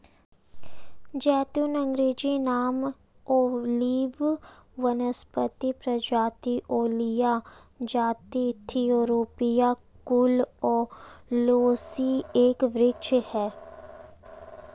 ज़ैतून अँग्रेजी नाम ओलिव वानस्पतिक प्रजाति ओलिया जाति थूरोपिया कुल ओलियेसी एक वृक्ष है